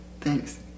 Thanks